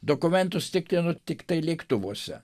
dokumentus tikrino tiktai lėktuvuose